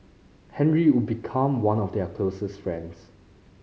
Henry would become one of their closest friends